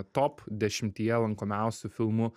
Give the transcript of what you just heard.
top dešimtyje lankomiausių filmų